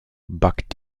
back